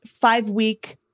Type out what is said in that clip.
five-week